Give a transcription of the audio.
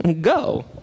go